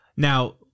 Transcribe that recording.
Now